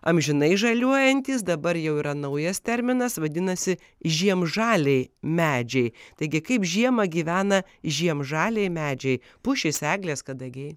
amžinai žaliuojantys dabar jau yra naujas terminas vadinasi žiemžaliai medžiai taigi kaip žiemą gyvena žiemžaliai medžiai pušys eglės kadagiai